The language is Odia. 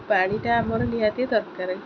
ପାଣିଟା ଆମର ନିହାତି ଦରକାର